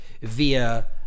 via